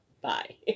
Bye